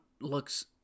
looks